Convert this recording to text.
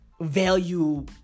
value